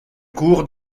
cours